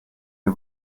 ihr